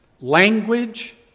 language